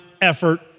effort